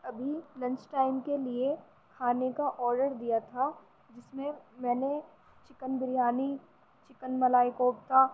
ابھی lunch time کے لیے کھانے کا آرڈر دیا تھا جس میں میں نے چکن بریانی چکن ملائی کوفتہ